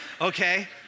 okay